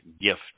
gift